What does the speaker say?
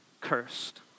cursed